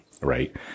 right